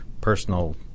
personal